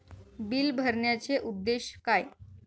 Bill भरण्याचे उद्देश काय?